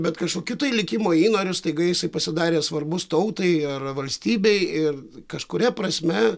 bet kažkokiu tai likimo įnoriu staiga jisai pasidarė svarbus tautai ar valstybei ir kažkuria prasme